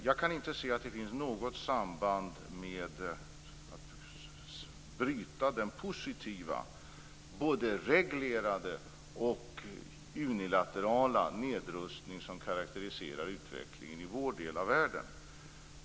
Jag kan inte se att det finns något samband med att bryta den positiva både reglerade och unilaterala nedrustning som karakteriserar utvecklingen i vår del av världen.